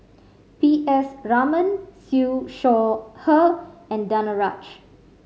P S Raman Siew Shaw Her and Danaraj